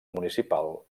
municipal